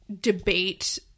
debate